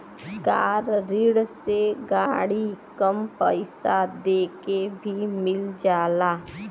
कार ऋण से गाड़ी कम पइसा देके भी मिल जाला